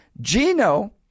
Gino